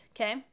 okay